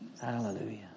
Hallelujah